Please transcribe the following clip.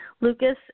Lucas